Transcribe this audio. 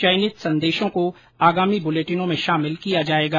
चयनित संदेशों को आगामी बुलेटिनों में शामिल किया जाएगा